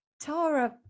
Tara